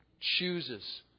chooses